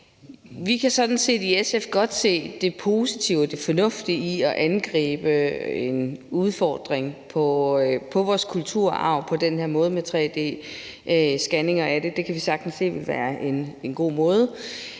sådan set godt se det positive og det fornuftige i at angribe en udfordring i forhold til vores kulturarv på den her måde, med tre-d-scanninger af den. Det kan vi sagtens se ville være en god måde.